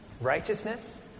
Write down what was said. righteousness